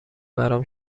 برام